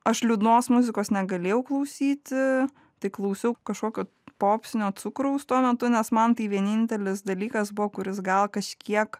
aš liūdnos muzikos negalėjau klausyti tai klausiau kažkokio popsnio cukraus tuo metu nes man tai vienintelis dalykas buvo kuris gal kažkiek